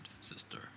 sister